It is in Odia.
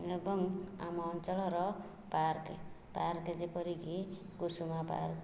ଏବଂ ଆମ ଅଞ୍ଚଳର ପାର୍କ୍ ପାର୍କ୍ ଯେପରିକି କୁସୁମ ପାର୍କ୍